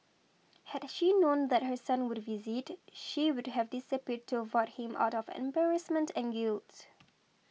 had she known that her son would visit she would have disappeared to avoid him out of embarrassment and guilt